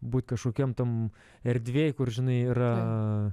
būt kažkokiam erdvėj kur žinai yra